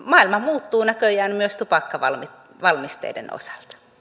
maailma muuttuu näköjään myös tupakkavalmisteiden osalta